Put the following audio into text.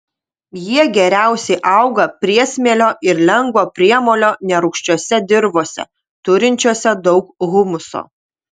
jie geriausiai auga priesmėlio ir lengvo priemolio nerūgščiose dirvose turinčiose daug humuso